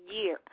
year